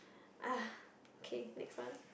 ah okay next one